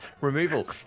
removal